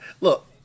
look